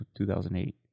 2008